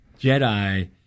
Jedi